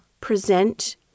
present